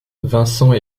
vincent